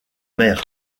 mer